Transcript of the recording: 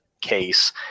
case